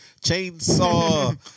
chainsaw